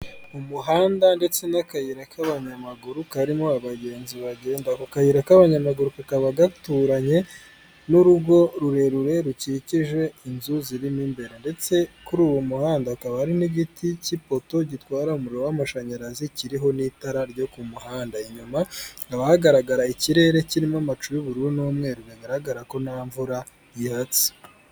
Mu muhanda ndetse n'akayira k'abanyamaguru karimo abagenzi bagenda ako kayira k'abanyamaguru kakaba gaturanye n'urugo rurerure rukikije inzu zirimo imbere ndetse kuri uwo muhanda hakaba hari n'igiti cyipoto gitwara umuriro w'amashanyarazi kiriho n'itara ryo ku muhanda inyuma haba hagaragara ikirere kirimo amacu y'ubururu n'umweru bigaragara ko nta mvura ihatse .